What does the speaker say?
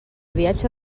viatge